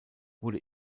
wurde